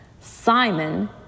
Simon